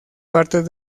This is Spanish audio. partes